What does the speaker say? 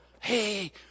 hey